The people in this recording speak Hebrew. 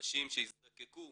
אנשים שיזדקקו